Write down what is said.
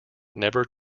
never